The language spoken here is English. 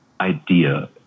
idea